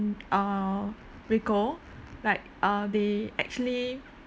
mm err RICO like uh they actually